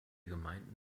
gemeinden